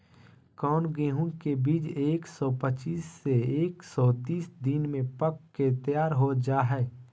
कौन गेंहू के बीज एक सौ पच्चीस से एक सौ तीस दिन में पक के तैयार हो जा हाय?